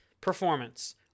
performance